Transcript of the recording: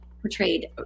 portrayed